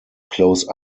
close